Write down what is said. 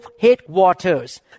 headwaters